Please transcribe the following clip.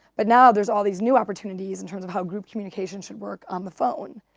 but now there's all these new opportunities in terms of how group communication should work on the phone.